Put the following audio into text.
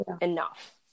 enough